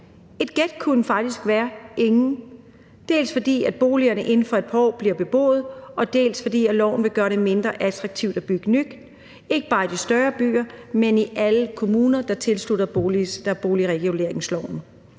Et gæt kunne faktisk være ingen, dels fordi boligerne inden for et par år bliver beboet, dels fordi loven vil gøre det mindre attraktivt at bygge nyt, ikke bare i de større byer, men i alle kommuner, der er tilsluttet boligreguleringsloven.